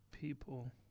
people